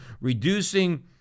reducing